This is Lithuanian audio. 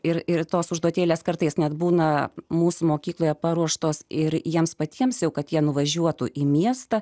ir ir tos užduotėlės kartais net būna mūsų mokykloje paruoštos ir jiems patiems jau kad jie nuvažiuotų į miestą